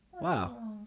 Wow